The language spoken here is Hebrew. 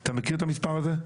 אתה מכיר את המספר הזה?